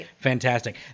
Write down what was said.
fantastic